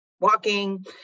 walking